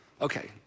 okay